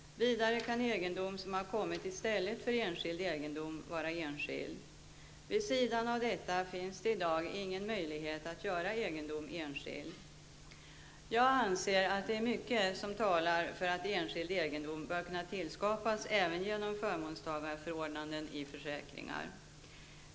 Vidare kan egendom som har kommit i stället för enskild egendom vara enskild. Vid sidan av detta finns det i dag ingen möjlighet att göra egendom enskild. Jag anser att det är mycket som talar för att enskild egendom bör kunna tillskapas även genom förmånstagarförordnanden i försäkringar.